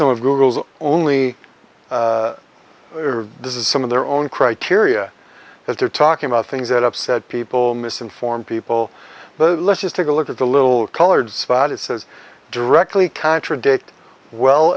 google's only this is some of their own criteria because they're talking about things that upset people misinformed people but let's just take a look at the little colored spot it says directly contradict well